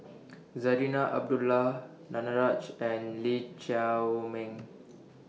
Zarinah Abdullah Danaraj and Lee Chiaw Meng